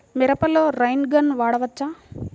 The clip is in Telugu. మిరపలో రైన్ గన్ వాడవచ్చా?